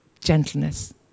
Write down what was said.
gentleness